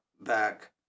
back